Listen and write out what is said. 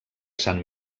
sant